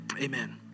Amen